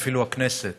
ואפילו לכנסת,